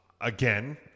Again